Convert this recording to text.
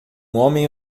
homem